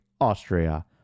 Austria